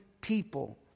people